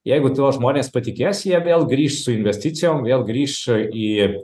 jeigu tuo žmonės patikės jie vėl grįš su investicijom vėl grįš į